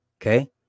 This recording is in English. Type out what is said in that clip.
Okay